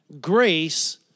Grace